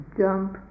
jump